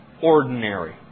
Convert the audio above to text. ordinary